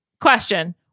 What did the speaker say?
Question